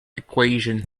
equation